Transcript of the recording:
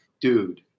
dude